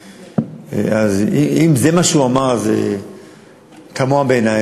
אם זה מה שהוא אמר, זה תמוה בעיני.